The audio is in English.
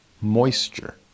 moisture